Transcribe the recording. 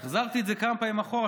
החזרתי את זה כמה פעמים אחורה,